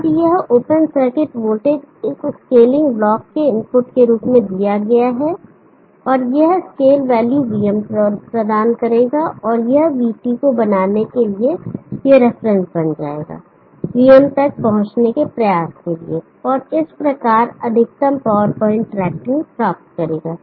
अब यह open circuit voltage इस स्केलिंग ब्लॉक के इनपुट के रूप में दिया गया है और यह स्केल वैल्यू vm प्रदान करेगा और यह vT को बनाने के लिए यह रेफरेंस बन जाएगा vm तक पहुँचने के प्रयास के लिए और इस प्रकार अधिकतम पावर पॉइंट ट्रैकिंग प्राप्त करेगा